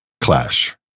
clash